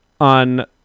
On